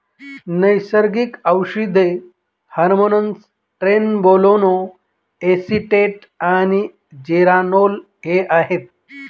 नैसर्गिक औषधे hormones trenbolone acetate आणि जेरानोल हे आहेत